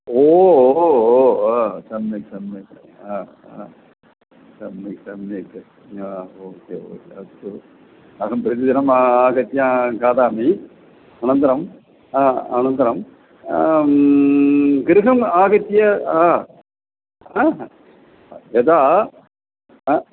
ओहो हो सम्यक् सम्यक् अहम् आं सम्यक् सम्यक् ओम् अस्तु प्रतिदिनम् आगत्य खादामि अनन्तरम् अनन्तरं गृहम् आगत्य यदा अ